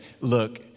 look